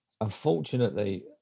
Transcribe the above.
unfortunately